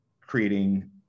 creating